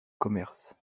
commerce